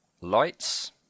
Lights